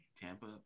Tampa